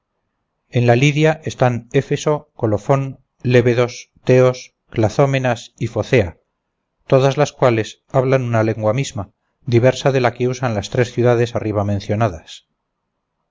en la lidia están éfeso colofon lébedos teos clazómenas y focéa todas las cuales hablan una lengua misma diversa de la que usan las tres ciudades arriba mencionadas